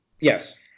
Yes